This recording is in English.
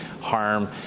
harm